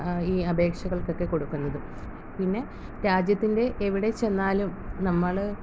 ഈ അപേക്ഷകൾകൊക്കെ കൊടുക്കുന്നത് പിന്നെ രാജ്യത്തിൻ്റെ എവിടെ ചെന്നാലും നമ്മൾ